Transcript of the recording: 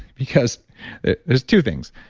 because there's two things.